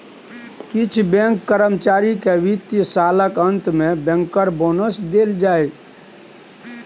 किछ बैंक कर्मचारी केँ बित्तीय सालक अंत मे बैंकर बोनस देल जाइ